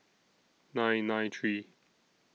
nine nine three